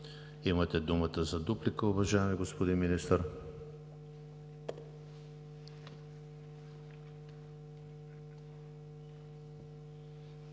Имате думата за дуплика, уважаеми господин Министър.